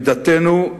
עמדתנו,